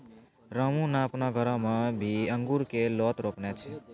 रामू नॅ आपनो घरो मॅ भी अंगूर के लोत रोपने छै